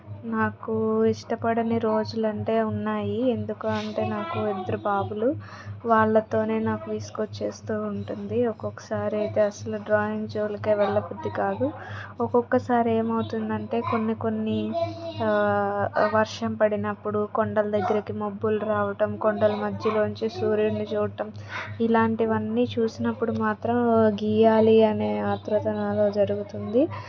నాకు ఇష్టపడని రోజులంటే ఉన్నాయి ఎందుకు అంటే నాకు ఇద్దరు బాబులు వాళ్ళతోనే నాకు విసుగొచ్చేస్తూ ఉంటుంది ఒక్కొక్కసారి అయితే అసలు డ్రాయింగ్ జోలికే వెళ్ళబుద్ధి కాదు ఒక్కొక్కసారి ఏమవుతుందంటే కొన్ని కొన్ని వర్షం పడినప్పుడు కొండల దగ్గరికి మబ్బులు రావటం కొండలు మధ్యలో నుంచి సూర్యుని చూడటం ఇలాంటివన్నీ చూసినప్పుడు మాత్రం గీయాలి అనే ఆత్రుత నాలో జరుగుతుంది